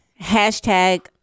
Hashtag